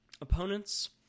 opponents